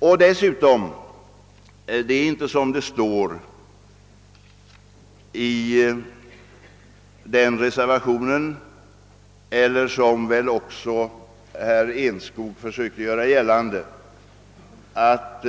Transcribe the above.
Det är inte heller så som det står i reservationen 3 och som också herr Enskog försökte göra gällande att